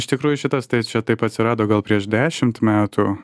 iš tikrųjų šitas tai čia taip atsirado gal prieš dešimt metų